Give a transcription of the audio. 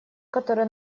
которую